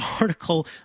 article